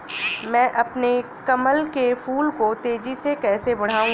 मैं अपने कमल के फूल को तेजी से कैसे बढाऊं?